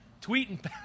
tweeting